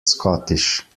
scottish